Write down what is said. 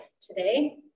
today